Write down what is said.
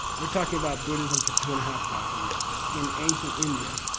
we're talking about buddhism for two-and-a-half thousand years in ancient india,